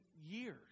years